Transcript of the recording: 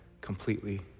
completely